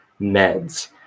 meds